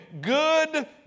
good